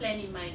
plan in mind